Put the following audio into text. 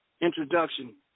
introduction